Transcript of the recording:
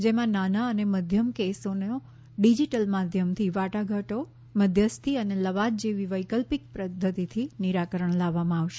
જેમાં નાના અને મધ્યમ કેસોનો ડિજીટલ માધ્યમથી વાટાઘાટો મધ્યસ્થી અને લવાદ જેવી વૈકલ્પિક પધ્ધતિથી નિરાકરણ લાવવામાં આવશે